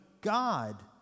God